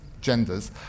genders